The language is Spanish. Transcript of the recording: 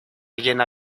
llena